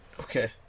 Okay